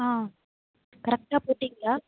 கரெக்ட்டாக போட்டிங்களா